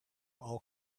all